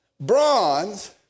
Bronze